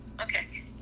Okay